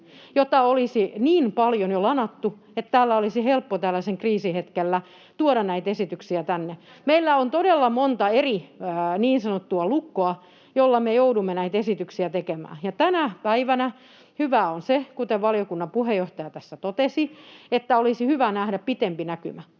jota olisi niin paljon jo lanattu, että täällä olisi helppo tällaisen kriisin hetkellä tuoda näitä esityksiä tänne. Meillä on todella monta niin sanottua lukkoa, joilla me joudumme näitä esityksiä tekemään, ja tänä päivänä, kuten valiokunnan puheenjohtaja tässä totesi, olisi hyvä nähdä pidempi näkymä.